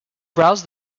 browsed